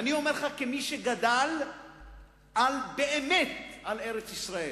ואני אומר לך כמי שגדל באמת על ארץ-ישראל.